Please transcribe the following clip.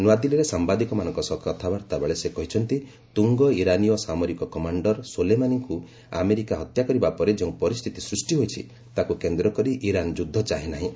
ନୂଆଦିଲ୍ଲୀରେ ସାମ୍ବାଦିକମାନଙ୍କ ସହ କଥାବାର୍ତ୍ତାବେଳେ ସେ କହିଛନ୍ତି ତୁଙ୍ଗ ଇରାନୀୟ ସାମରିକ କମାଣ୍ଡର୍ ସୋଲେମାନିଙ୍କୁ ଆମେରିକା ହତ୍ୟା କରିବା ପରେ ଯେଉଁ ପରିସ୍ଥିତି ସୃଷ୍ଟି ହୋଇଛି ତାକୁ କେନ୍ଦ୍ରକରି ଇରାନ୍ ଯୁଦ୍ଧ ଚାହେଁ ନାହିଁ